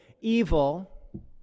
evil